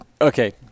okay